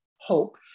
hope